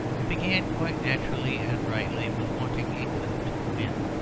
it began, quite naturally and rightly, with wanting england to win.